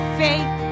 faith